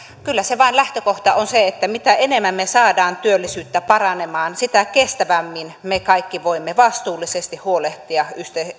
kyllä vaan lähtökohta on se että mitä enemmän me saamme työllisyyttä paranemaan sitä kestävämmin me kaikki voimme vastuullisesti huolehtia